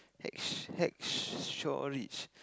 Hacks~ Hacksaw Ridge